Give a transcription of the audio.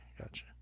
Gotcha